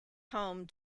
home